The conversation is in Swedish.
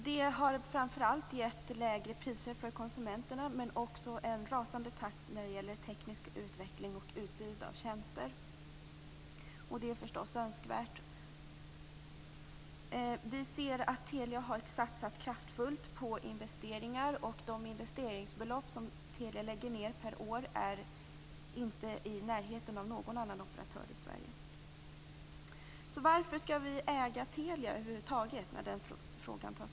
Det har framför allt gett konsumenterna lägre priser men också en rasande takt när det gäller teknisk utveckling och utbud av tjänster, och det är naturligtvis önskvärt. Vi ser att Telia har satsat kraftfullt på investeringar. De investeringsbelopp som Telia lägger ned per år är ingen annan operatör i Sverige i närheten av. Varför skall vi då äga Telia över huvud taget?